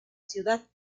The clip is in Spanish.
ciudad